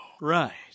right